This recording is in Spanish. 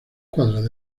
cuadras